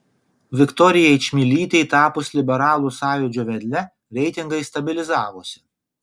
viktorijai čmilytei tapus liberalų sąjūdžio vedle reitingai stabilizavosi